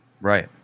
Right